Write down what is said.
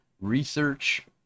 research